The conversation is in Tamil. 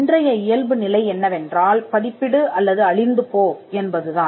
இன்றைய இயல்பு நிலை என்னவென்றால் பதிப்பிடு அல்லது அழிந்து போ என்பதுதான்